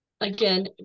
Again